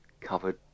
covered